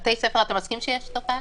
בבתי ספר יש תופעה?